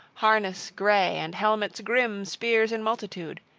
harness gray and helmets grim, spears in multitude?